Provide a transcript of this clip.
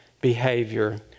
behavior